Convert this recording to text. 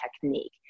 technique